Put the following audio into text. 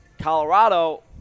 Colorado